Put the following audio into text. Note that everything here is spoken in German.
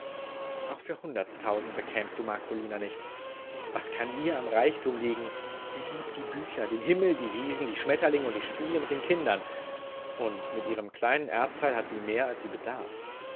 auch für hunderttausend bekämst du marcolina nicht was kann ihr am reichtum liegen sie liebt die bücher den himmel die wiesen die schmetterlinge und die spiele mit kindern und mit ihrem kleinen erbteil hat sie mehr als sie bedarf